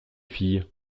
filles